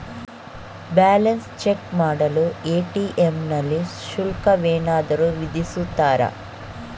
Balance check ಮಾಡಲು ATM ನಲ್ಲಿ ಶುಲ್ಕವೇನಾದರೂ ವಿಧಿಸುತ್ತಾರಾ?